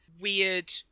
weird